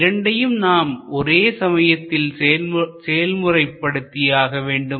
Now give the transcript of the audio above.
இரண்டையும் நாம் ஒரே சமயத்தில் செயல்முறைப்படுத்தி ஆக வேண்டும்